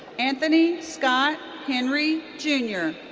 anthony scott henry jr.